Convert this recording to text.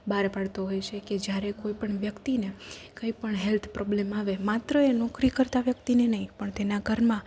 બાર પાડતો હોય છે કે જ્યારે કોઈપણ વ્યક્તિને કંઈ પણ હેલ્થ પ્રોબ્લ્મ આવે માત્ર એ નોકરી કરતાં વ્યક્તિને નઈ પણ તેના ઘરમાં